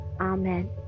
Amen